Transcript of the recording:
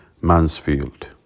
Mansfield